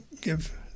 give